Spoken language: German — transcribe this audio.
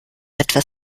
etwas